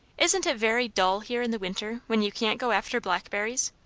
isn't it very dull here in the winter, when you can't go after blackberries?